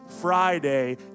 Friday